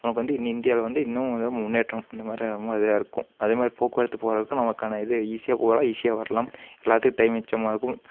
நமக்கு வந்து இனி இந்தியாவில் வந்து இன்னும் கொஞ்சம் முன்னேற்றம் அந்த மாதிரி ரொம்ப இதாக இருக்கும் அதே மாதிரி போக்குவரத்து போகிறதுக்கும் நமக்கான இது ஈஸியாக போகலாம் ஈஸியாக வரலாம் எல்லாத்துக்கும் டைம் மிச்சமாகும்